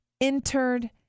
entered